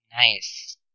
Nice